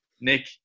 Nick